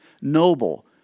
noble